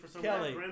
Kelly